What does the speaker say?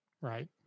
Right